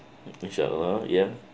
inshallah ya